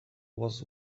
was